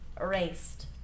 erased